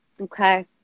Okay